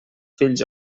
fills